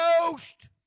Ghost